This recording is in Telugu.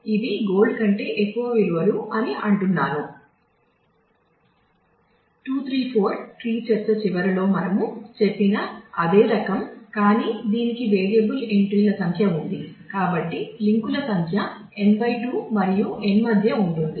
2 3 4 ట్రీ చర్చ చివరిలో మనము చెప్పిన అదే రకం కానీ దీనికి వేరియబుల్ సంఖ్య n 2 మరియు n మధ్య ఉంటుంది